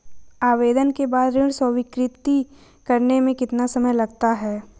आवेदन के बाद ऋण स्वीकृत करने में कितना समय लगता है?